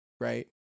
right